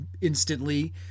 instantly